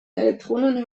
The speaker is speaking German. elektronen